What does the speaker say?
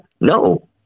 No